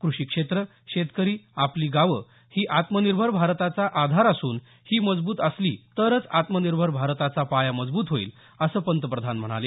कृषी क्षेत्र शेतकरी आपली गावं ही आत्मनिर्भर भारताचा आधार असून ही मजबूत असली तरच आत्मनिर्भर भारताचा पाया मजबूत होईल असं पंतप्रधान म्हणाले